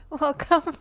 Welcome